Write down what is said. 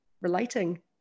relating